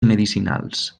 medicinals